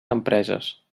empreses